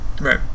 Right